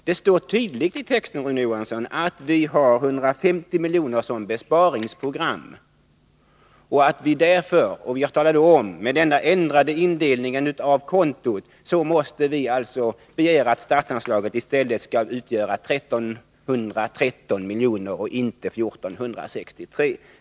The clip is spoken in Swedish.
Det står tydligt i texten, Rune Johansson, att vi har 150 miljoner som besparingsprogram. Med den ändrade indelningen av kontot måste vi alltså begära att statsanslaget skall utgöra 1313 miljoner och inte 1463 miljoner.